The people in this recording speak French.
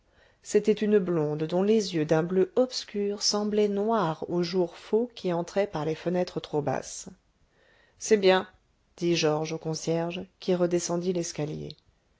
c'était une blonde dont les yeux d'un bleu obscur semblaient noirs au jour faux qui entrait par les fenêtres trop basses c'est bien dit georges au concierge qui redescendit l'escalier